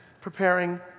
preparing